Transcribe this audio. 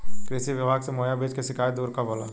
कृषि विभाग से मुहैया बीज के शिकायत दुर कब होला?